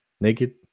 naked